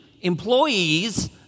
employees